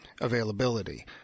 availability